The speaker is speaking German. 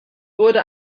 wurde